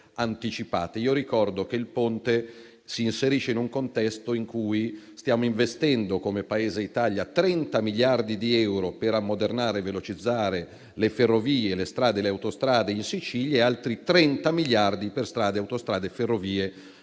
Io ricordo che il Ponte si inserisce in un contesto in cui stiamo investendo come Paese Italia 30 miliardi di euro per ammodernare e velocizzare le ferrovie, le strade e le autostrade in Sicilia e altri 30 miliardi per strade, autostrade e ferrovie in Calabria.